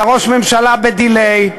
אתה ראש ממשלה ב-delay,